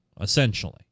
essentially